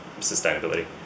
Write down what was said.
sustainability